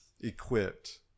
equipped